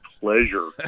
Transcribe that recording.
pleasure